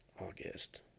August